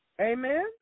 Amen